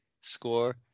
score